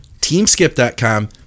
TeamSkip.com